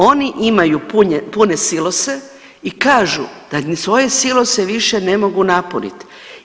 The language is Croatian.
Oni imaju pune silose i kažu da ni svoje silose više ne mogu napunit.